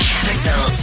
Capital